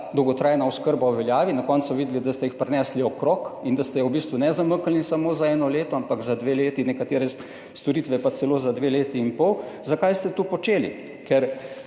dolgotrajna oskrba, na koncu pa so videli, da ste jih prinesli okrog in da v bistvu niste zamaknili samo za eno leto, ampak za dve leti, nekatere storitve pa celo za dve leti in pol. Zakaj ste to počeli?